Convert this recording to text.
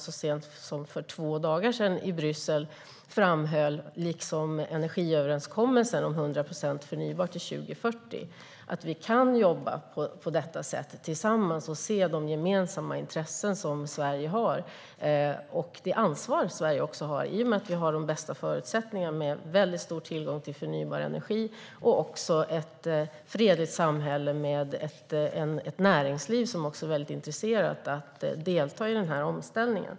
Så sent som för två dagar sedan framhöll jag detta, liksom energiöverenskommelsen om 100 procent förnybart till 2040, i Bryssel. Vi kan jobba tillsammans och se de gemensamma intressen som Sverige har och det ansvar vi också har i och med att vi har de bästa förutsättningarna med en mycket stor tillgång till förnybar energi och ett fredligt samhälle med ett näringsliv som är intresserat av att delta i den här omställningen.